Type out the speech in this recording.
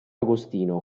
agostino